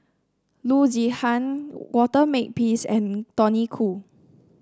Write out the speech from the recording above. Loo Zihan Walter Makepeace and Tony Khoo